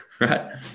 right